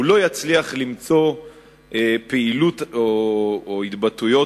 הוא לא יצליח למצוא פעילות או התבטאויות